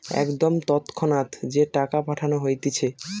একদম তৎক্ষণাৎ যে টাকা পাঠানো হতিছে